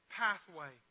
pathway